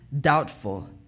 doubtful